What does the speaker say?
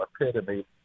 epitome